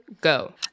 Go